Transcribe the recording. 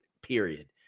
period